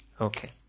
Okay